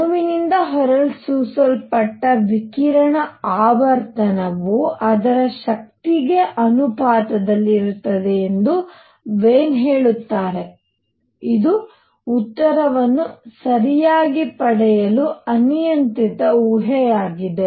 ಅಣುವಿನಿಂದ ಹೊರಸೂಸಲ್ಪಟ್ಟ ವಿಕಿರಣ ಆವರ್ತನವು ಅದರ ಶಕ್ತಿಗೆ ಅನುಪಾತದಲ್ಲಿರುತ್ತದೆ ಎಂದು ವೀನ್ ಹೇಳುತ್ತಾರೆ ಇದು ಉತ್ತರವನ್ನು ಸರಿಯಾಗಿ ಪಡೆಯಲು ಅನಿಯಂತ್ರಿತ ಊಹೆಯಾಗಿದೆ